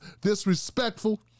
disrespectful